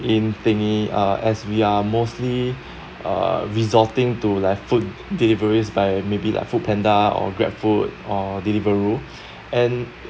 in thingy uh as we are mostly uh resorting to like food deliveries by maybe like foodpanda or grab food or deliveroo and